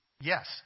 Yes